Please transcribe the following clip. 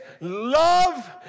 love